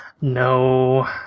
No